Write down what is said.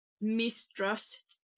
mistrust